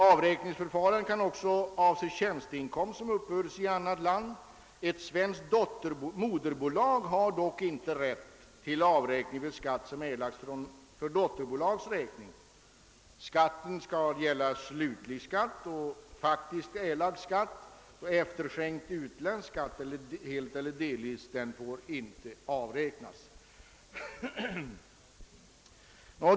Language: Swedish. Avräkningsförfarandet kan också avse tjänsteinkomst som uppburits i annat land. Ett svenskt moderbolag har dock inte rätt till avräkning för skatt som erlagts för dotterbolags räkning. Avräkningen skall gälla slutlig och faktiskt erlagd skatt; helt eller delvis efterskänkt utländsk skatt får inte avräknas.